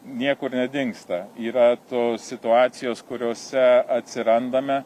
niekur nedingsta yra to situacijos kuriose atsirandame